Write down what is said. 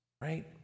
right